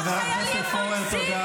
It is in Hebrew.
חבר הכנסת פורר, תודה.